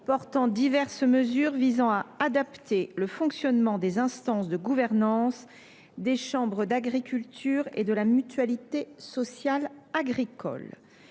portant diverses mesures visant à adapter le fonctionnement des instances de gouvernance des chambres d’agriculture et de la mutualité sociale agricole